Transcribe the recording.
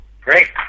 Great